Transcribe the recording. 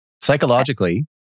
Psychologically